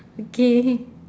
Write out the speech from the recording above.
okay